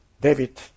David